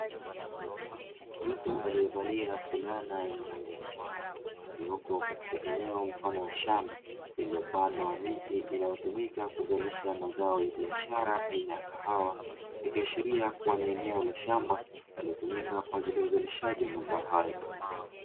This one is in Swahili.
Mtu aliyevalia fulana yenye rangi ya njano aliyepo katika eneo mfano wa shamba lililopandwa miti inayotumika kuzalisha mazao ya biashara aina ya kahawa, ikiashiria kuwa ni eneo la shamba lililotumika kwa ajili ya uzalishaji wa mazao hayo.